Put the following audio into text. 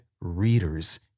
readers